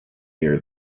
near